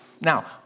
Now